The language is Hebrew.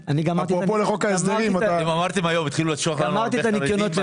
אני גמרתי את הניקיונות לפסח.